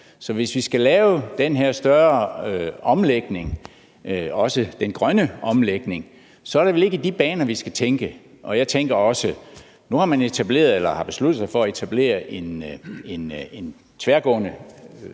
så hvis vi skal lave den her større omlægning, også den grønne omlægning, er det vel ikke i de baner, vi skal tænke? Jeg tænker også, at nu, hvor man har besluttet sig for at etablere en tværgående korridor,